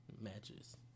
matches